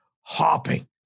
hopping